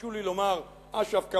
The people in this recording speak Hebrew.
תרשו לי לומר אש"ף/"חמאס",